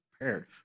prepared